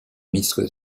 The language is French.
ministre